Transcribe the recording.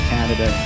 Canada